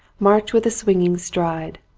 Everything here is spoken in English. march with a swinging stride.